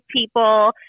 people